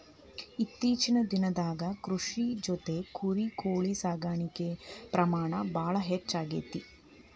ಇತ್ತೇಚಿನ ದಿನದಾಗ ಕೃಷಿ ಜೊತಿ ಕುರಿ, ಕೋಳಿ ಸಾಕಾಣಿಕೆ ಪ್ರಮಾಣ ಭಾಳ ಹೆಚಗಿ ಆಗೆತಿ